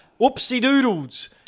oopsie-doodles